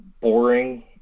boring